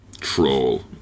Troll